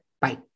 Bye